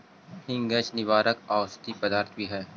हींग गैस निवारक औषधि पदार्थ भी हई